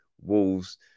Wolves